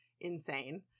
insane